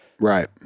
Right